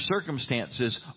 circumstances